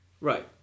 Right